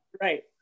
Right